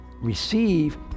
receive